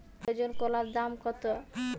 এক ডজন কলার দাম কত?